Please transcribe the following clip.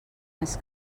més